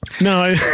no